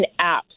apps